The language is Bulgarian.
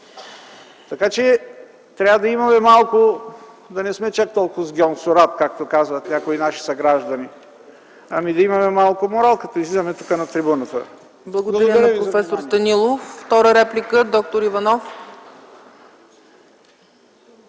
Така че трябва да не сме чак толкова гьонсурат, както казват някои наши съграждани, а ми да имаме малко морал, като излизаме тук на трибуната. Благодаря.